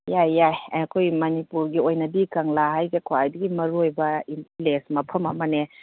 ꯌꯥꯏ ꯌꯥꯏ ꯑꯩꯈꯣꯏ ꯃꯅꯤꯄꯨꯔꯒꯤ ꯑꯣꯏꯅꯗꯤ ꯀꯪꯂꯥ ꯍꯥꯏꯁꯦ ꯈ꯭ꯋꯥꯏꯗꯒꯤ ꯃꯔꯨ ꯑꯣꯏꯕ ꯄ꯭ꯂꯦꯁ ꯃꯐꯝ ꯑꯃꯅꯦ